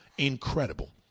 incredible